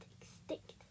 extinct